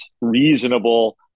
reasonable